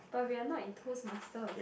but we are not in toast masters